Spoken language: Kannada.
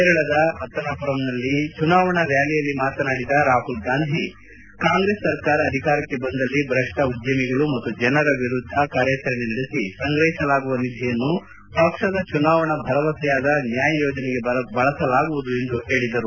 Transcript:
ಕೇರಳದ ಪತ್ತನಮರಂನಲ್ಲಿ ಚುನಾವಣಾ ರ್ಕಾಲಿಯಲ್ಲಿ ಮಾತನಾಡಿದ ರಾಮಲ್ ಗಾಂಧಿ ಕಾಂಗ್ರೆಸ್ ಸರ್ಕಾರ ಅಧಿಕಾರಕ್ಕೆ ಬಂದಲ್ಲಿ ಭ್ರಷ್ಟ ಉದ್ಯಮಿಗಳು ಮತ್ತು ಜನರ ವಿರುದ್ದ ಕಾರ್ಯಾಚರಣೆ ನಡೆಸಿ ಸಂಗ್ರಹಿಸಲಾಗುವ ನಿಧಿಯನ್ನು ಪಕ್ಷದ ಚುನಾವಣಾ ಭರವಸೆಯಾದ ನ್ಯಾಯ್ ಯೋಜನೆಗೆ ಬಳಸಲಾಗುವುದು ಎಂದು ಹೇಳಿದರು